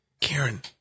Karen